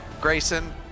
Grayson